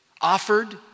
offered